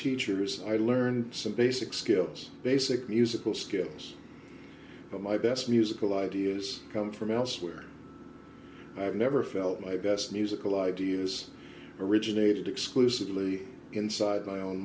teachers i learned some basic skills basic musical skills but my best musical ideas come from elsewhere i've never felt my best musical ideas originated exclusively inside my own